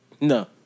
No